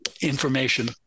information